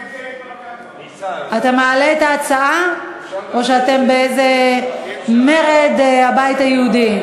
אתה מעלה את ההצעה או שאתם באיזה מרד הבית היהודי?